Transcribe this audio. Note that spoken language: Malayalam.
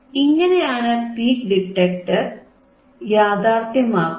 ഇങ്ങനെയാണ് പീക്ക് ഡിറ്റക്ടർ യാഥ്യാർത്ഥ്യമാക്കുന്നത്